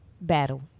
battle